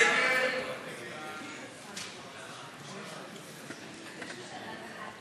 ההסתייגות (82) לחלופין של קבוצת